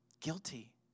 Guilty